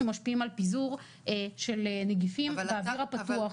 שמשפיעים על פיזור של נגיפים באוויר הפתוח.